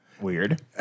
Weird